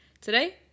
Today